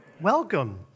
Welcome